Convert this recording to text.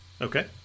Okay